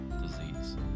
disease